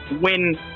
win